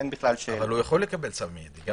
אבל הוא יכול לקבל צו מיידי.